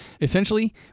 Essentially